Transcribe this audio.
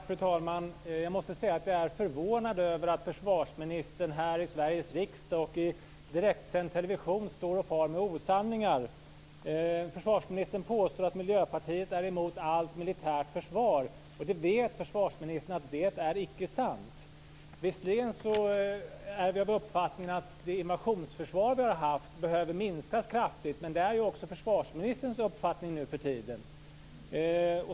Fru talman! Jag måste säga att jag är förvånad över att försvarsministern här i Sveriges riksdag och i direktsänd television far med osanningar. Försvarsministern påstår att Miljöpartiet är emot allt militärt försvar. Försvarsministern vet att det icke är sant. Visserligen är vi av uppfattningen att det invasionsförsvar vi har haft behöver minskas kraftigt, men det är ju också försvarsministerns uppfattning nu för tiden.